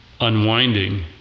unwinding